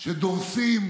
שדורסים